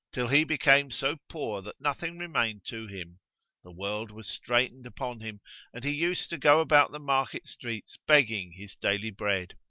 till he became so poor that nothing remained to him the world was straitened upon him and he used to go about the market streets begging his daily bread.